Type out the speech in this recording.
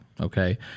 Okay